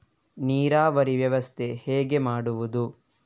ನೀರಾವರಿ ವ್ಯವಸ್ಥೆ ಹೇಗೆ ಮಾಡುವುದು?